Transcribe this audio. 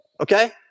Okay